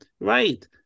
right